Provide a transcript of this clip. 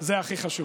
זה הכי חשוב.